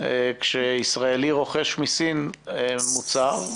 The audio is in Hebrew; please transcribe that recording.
כשישראלי רוכש מסין מוצר,